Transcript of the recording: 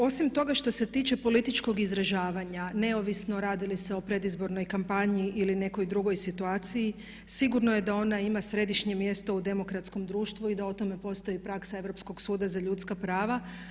Osim toga što se tiče političkog izražavanja neovisno radi li se o predizbornoj kampanji ili nekoj drugoj situaciji sigurno je da ona ima središnje mjesto u demokratskom društvu i da o tome postoji praksa Europskog suda za ljudska prava.